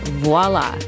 voila